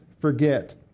forget